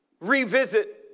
revisit